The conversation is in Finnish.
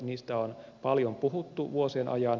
niistä on paljon puhuttu vuosien ajan